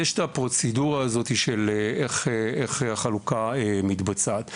יש פרוצדורה של איך החלוקה מתבצעת.